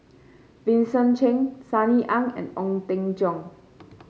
Vincent Cheng Sunny Ang and Ong Teng Cheong